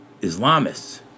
Islamists